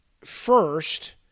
First